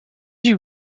you